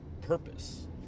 purpose